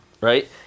right